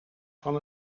van